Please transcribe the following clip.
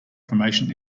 formation